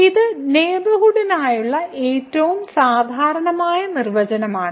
ഇത് നെയ്ബർഹുഡിനായുള്ള ഏറ്റവും സാധാരണമായ നിർവചനമാണ്